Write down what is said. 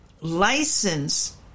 license